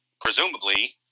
presumably